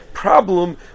problem